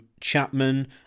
Chapman